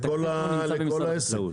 לכל העסק.